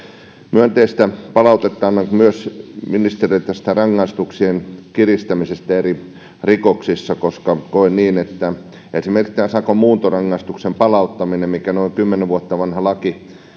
myönteistä palautetta annan ministerille myös rangaistuksien kiristämisestä eri rikoksissa koska koen niin että esimerkiksi tämä sakon muuntorangaistuksen palauttaminen mikä on noin kymmenen vuotta vanha laki